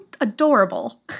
adorable